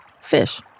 fish